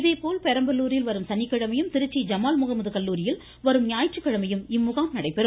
இதேபோல் பெரம்பலூரில் வரும் சனிக்கிழமையும் திருச்சி ஜமால் முகமது கல்லூரியில் வரும் ஞாயிற்றுக்கிழமையும் இம்முகாம் நடைபெறும்